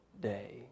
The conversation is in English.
day